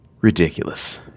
Ridiculous